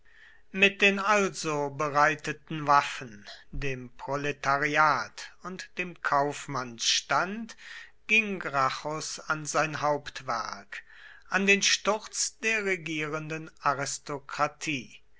mit den also bereiteten waffen dem proletariat und dem kaufmannsstand ging gracchus an sein hauptwerk an den sturz der regierenden aristokratie